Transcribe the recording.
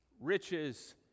riches